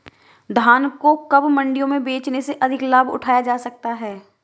धान को कब मंडियों में बेचने से अधिक लाभ उठाया जा सकता है?